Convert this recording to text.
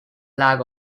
lag